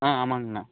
ஆ ஆமாங்கண்ணா